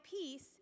peace